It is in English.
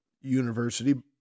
university